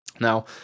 now